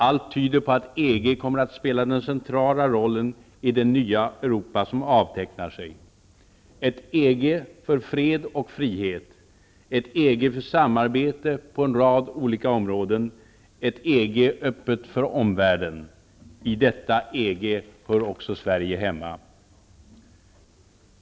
Allt tyder på att EG kommer att spela den centrala rollen i det nya Europa som avtecknar sig -- ett EG för fred och frihet, ett EG för samarbete på en rad olika områden, ett EG öppet för omvärlden. I detta EG hör också Sverige hemma.